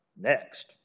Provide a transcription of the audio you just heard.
Next